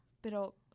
pero